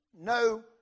no